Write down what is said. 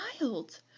wild